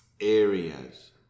areas